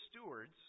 stewards